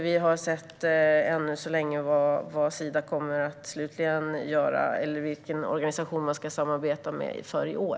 Vi har än så länge inte sett vad Sida kommer att slutligen göra eller vilken organisation man ska samarbeta med i år.